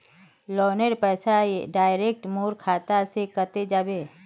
लोनेर पैसा डायरक मोर खाता से कते जाबे?